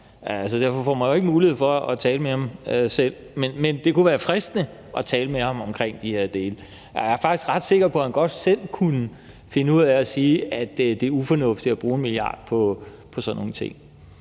Derfor får man ikke lov til at tale med ham selv, men det kunne være fristende at tale med ham om de her dele. Jeg er faktisk ret sikker på, at han godt selv ville kunne finde ud af at sige, at det er ufornuftigt at bruge 1 mia. kr. på sådan nogle ting.